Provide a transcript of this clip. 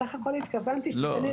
בסך הכל התכוונתי --- לא,